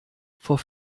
vor